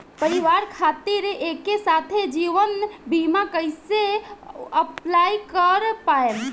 परिवार खातिर एके साथे जीवन बीमा कैसे अप्लाई कर पाएम?